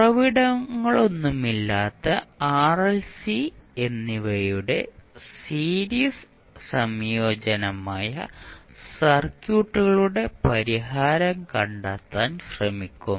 ഉറവിടങ്ങളൊന്നുമില്ലാതെ R L C എന്നിവയുടെ series സംയോജനമായ സർക്യൂട്ടുകളുടെ പരിഹാരം കണ്ടെത്താൻ ശ്രമിക്കും